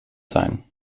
sein